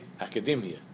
academia